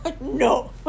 no